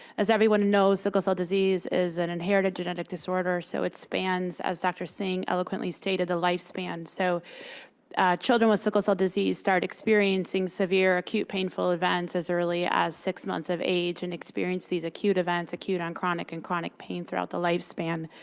as everyone and knows, sickle cell disease is an inherited genetic disorder, so it spans, as dr. singh eloquently stated, the lifespan. so children with sickle cell disease start experiencing severe acute, painful events as early as six months of age age and experience these acute events acute and chronic and chronic pain throughout the lifespan.